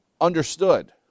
understood